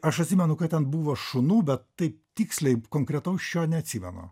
aš atsimenu kad ten buvo šunų bet taip tiksliai konkretaus šio neatsimenu